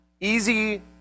easy